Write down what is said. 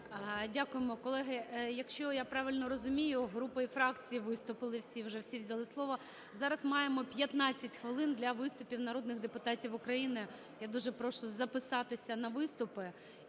Дякуємо. Колеги, якщо я правильно розумію, групи і фракції виступили всі, вже всі вже взяли слово. Зараз маємо 15 хвилин для виступів народних депутатів України. Я дуже прошу записатися на виступи.